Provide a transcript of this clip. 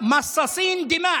מי מחלק בקלאוות?